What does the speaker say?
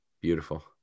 Beautiful